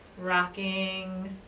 Rocking